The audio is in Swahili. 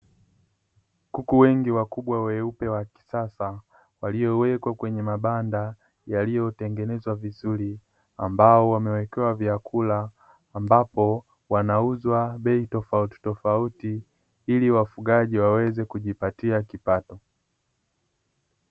Kuku wengi wakubwa weupe wakisasa walio wekwa kwenye mabanda yaliyo tengenezwa, vizuri ambao wamewekewa vyakula ambapo wanauzwa bei tofauti tofauti ili wafugaji waweze kujipatia kipato.